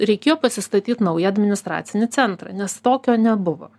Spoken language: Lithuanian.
reikėjo pasistatyt naują administracinį centrą nes tokio nebuvo